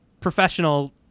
professional